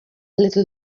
little